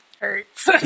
hurts